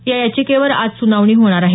या याचिकेवर आज सुनावणी होणार आहे